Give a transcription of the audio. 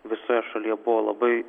visoje šalyje buvo labai